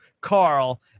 Carl